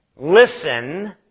Listen